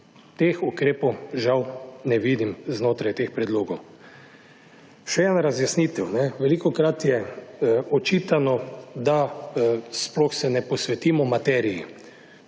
Teh ukrepov žal ne vidim znotraj teh predlogov. Še ena razjasnitev, ne. Velikokrat je očitano, da sploh se ne posvetimo materiji.